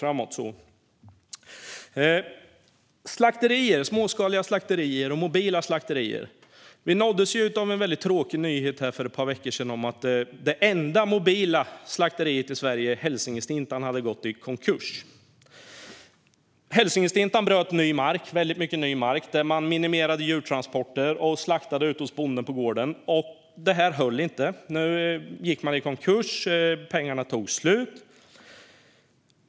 Låt mig också säga något om småskaliga slakterier och mobila slakterier. Vi nåddes ju av en väldigt tråkig nyhet för ett par veckor sedan om att det enda mobila slakteriet i Sverige, Hälsingestintan, hade gått i konkurs. Hälsingestintan bröt ny mark. Man minimerade djurtransporter och slaktade ute hos bonden på gården. Det höll inte. Nu gick man i konkurs. Pengarna tog slut.